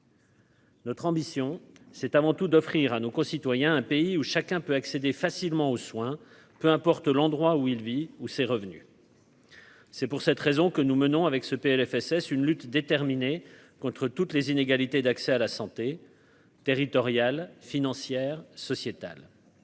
Notre ambition, c'est avant tout d'offrir à nos concitoyens, un pays où chacun peut accéder facilement aux soins, peu importe l'endroit où il vit, où ses revenus. C'est pour cette raison que nous menons avec ce Plfss une lutte déterminée contre toutes les inégalités d'accès à la santé territoriale financière sociétal.